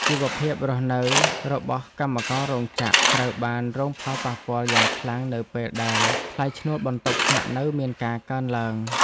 ជីវភាពរស់នៅរបស់កម្មកររោងចក្រត្រូវបានរងផលប៉ះពាល់យ៉ាងខ្លាំងនៅពេលដែលថ្លៃឈ្នួលបន្ទប់ស្នាក់នៅមានការកើនឡើង។